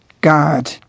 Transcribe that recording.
God